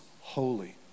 holy